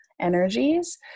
energies